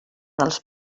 dels